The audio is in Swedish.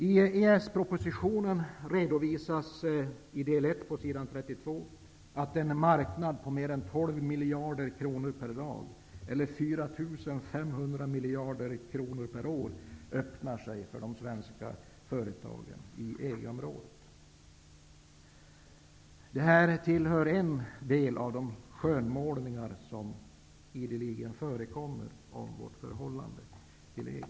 I del 1 på s. 32 i EES-propositionen redovisas att en marknad på mer än 12 miljarder kronor per dag eller 4 500 miljarder kronor per år öppnar sig för de svenska företagen i EG-området. Det här utgör en del av de skönmålningar som ideligen görs av vårt förhållande till EG.